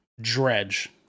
Dredge